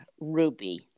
Ruby